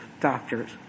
doctors